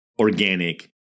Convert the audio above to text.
organic